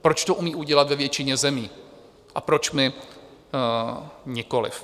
Proč to umí udělat ve většině zemí a proč my nikoli?